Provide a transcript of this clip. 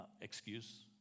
Excuse